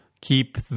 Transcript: keep